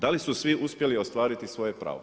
D li su svi uspjeli ostvariti svoje pravo?